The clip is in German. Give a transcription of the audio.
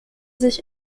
sich